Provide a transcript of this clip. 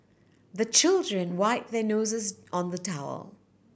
the children wipe their noses on the towel